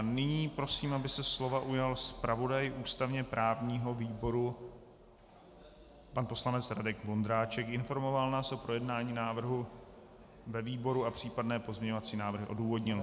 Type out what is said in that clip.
Nyní prosím, aby se slova ujal zpravodaj ústavněprávního výboru pan poslanec Radek Vondráček, informoval nás o projednání návrhu ve výboru a případné pozměňovací návrhy odůvodnil.